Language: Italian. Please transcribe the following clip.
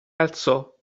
alzò